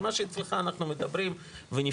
על מה שאצלך אנחנו מדברים ונפתור,